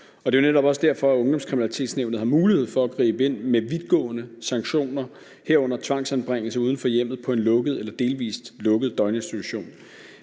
Det er netop også derfor, at Ungdomskriminalitetsnævnet har mulighed for at gribe ind med vidtgående sanktioner, herunder tvangsanbringelse uden for hjemmet på en lukket eller delvis lukket døgninstitution.